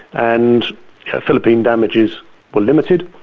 and philippine damages were limited,